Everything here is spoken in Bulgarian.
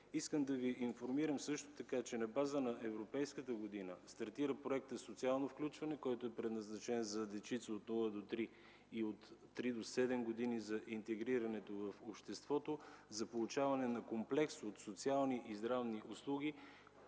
бедни. Ще Ви информирам също така, че на базата на европейската година стартира проектът „Социално включване”, предназначен за дечица от нула до три години и от три до седем години за интегриране в обществото, за получаване на комплекс от социални и здравни услуги.